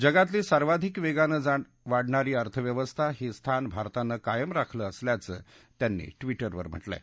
जगातली सर्वाधिक वेगानं वाढणारी अर्थव्यवस्था हे स्थान भारतानं कायम राखलं असल्याचं त्यांनी ट्विटवर म्हटलंय